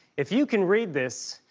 if you could read this,